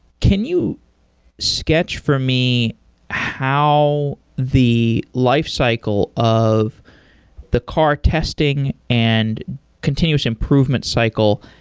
can you sketch for me how the life cycle of the car testing and continuous improvement cycle,